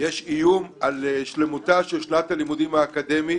יש איום על שלימותה של שנת הלימודים האקדמית.